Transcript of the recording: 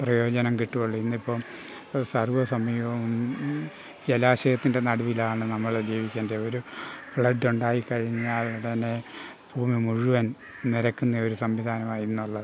പ്രയോജനം കിട്ടുകയുള്ളു ഇന്നിപ്പം സർവ്വ സമയവും ജലാശയത്തിൻ്റെ നടുവിലാണ് നമ്മൾ ജീവിക്കേണ്ടത് ഒരു ഫ്ളഡ് ഉണ്ടായിക്കഴിഞ്ഞാൽ ഉടനെ ഭൂമി മുഴുവൻ നിലയ്ക്കുന്ന ഒരു സംവിധാനമാണ് ഇന്നുള്ളത്